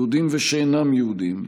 יהודים ושאינם יהודים,